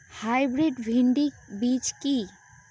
Hybrid ভীন্ডি বীজ কি?